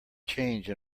change